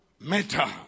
Meta